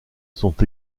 sont